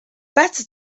better